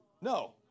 No